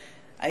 למשימה.